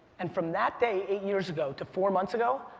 and from that day eight years ago to four months ago,